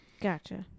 gotcha